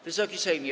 Wysoki Sejmie!